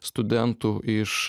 studentų iš